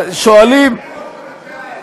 ראש הממשלה יגיע?